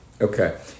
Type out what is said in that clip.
Okay